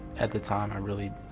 at the time, i really.